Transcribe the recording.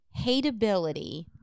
hateability